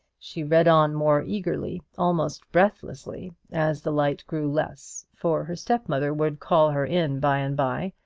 she read on more eagerly, almost breathlessly, as the light grew less for her step-mother would call her in by-and-by,